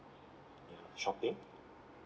ya shopping